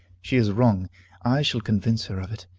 she is wrong i shall convince her of it,